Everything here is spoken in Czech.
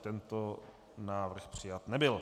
Tento návrh přijat nebyl.